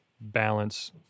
balance